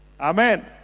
Amen